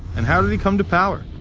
and how did he come to power?